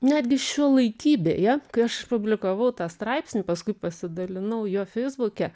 netgi šiuolaikybėje kai aš išpublikavau tą straipsnį paskui pasidalinau juo feisbuke